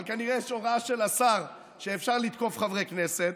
אבל כנראה יש הוראה של השר שאפשר לתקוף חברי כנסת,